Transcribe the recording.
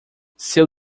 seu